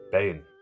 Bane